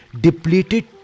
depleted